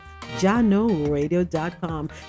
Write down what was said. JanoRadio.com